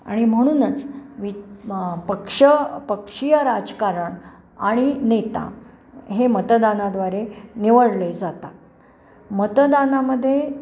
आणि म्हणूनच वि पक्ष पक्षीय राजकारण आणि नेता हे मतदानाद्वारे निवडले जातात मतदानामध्ये